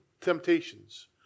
temptations